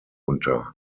unter